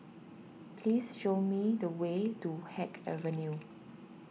please show me the way to Haig Avenue